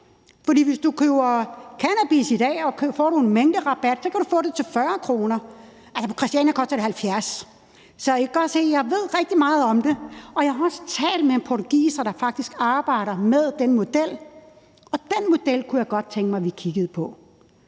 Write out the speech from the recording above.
For hvis du køber cannabis i dag og kan få noget mængderabat, så kan du få det til 40 kr. – altså, på Christiania koster det 70 kr. Så I kan godt se, at jeg ved rigtig meget om det, og jeg har også talt med en portugiser, der faktisk arbejder med den model. Og den model kunne jeg godt tænke mig at vi kiggede på.